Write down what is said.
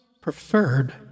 preferred